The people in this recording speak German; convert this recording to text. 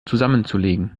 zusammenzulegen